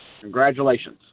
Congratulations